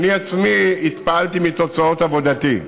ואני עצמי התפעלתי מתוצאות עבודתי.